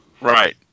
Right